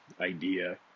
idea